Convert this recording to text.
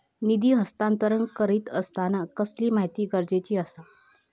निधी हस्तांतरण करीत आसताना कसली माहिती गरजेची आसा?